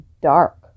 dark